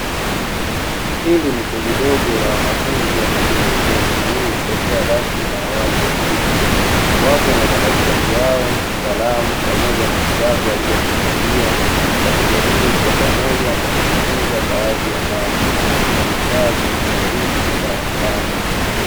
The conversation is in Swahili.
Hili ni kundi dogo la wanafunzi wanaojifunza elimu hii isiyokuwa rasmi na ya watu wazima. Wapo na madaftari yao, kalamu pamoja na vitabu walivyo vishikilia, wakijadili kwa pamoja na kujifunza baadhi ya mambo, wamekaa katika viti darasani.